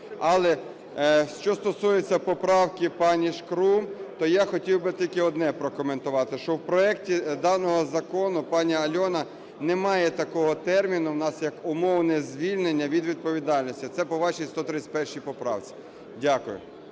Але що стосується поправки пані Шкрум, то я хотів би тільки одне прокоментувати, що в проекті даного закону, пані Альона, немає такого терміну у нас, як умовне звільнення від відповідальності. Це по вашій 131 поправці. Дякую.